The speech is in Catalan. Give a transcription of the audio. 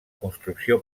construcció